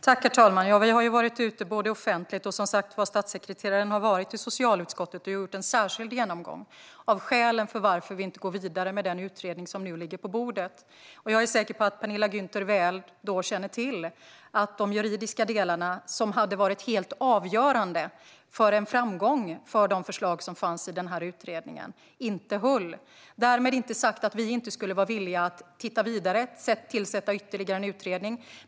Herr talman! Vi har varit ute offentligt, och som sagt har statssekreteraren varit i socialutskottet och gjort en särskild genomgång av skälen till att vi inte går vidare med den utredning som nu ligger på bordet. Jag är säker på att Penilla Gunther väl känner till att de juridiska delarna, som hade varit helt avgörande för en framgång för de förslag som fanns i utredningen, inte höll. Därmed inte sagt att vi inte skulle vara villiga att titta vidare på detta och tillsätta ytterligare en utredning.